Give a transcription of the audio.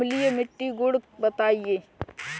अम्लीय मिट्टी का गुण बताइये